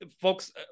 folks